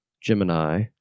Gemini